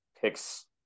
picks